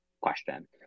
question